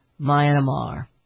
Myanmar